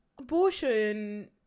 abortion